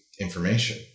information